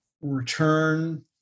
return